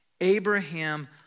Abraham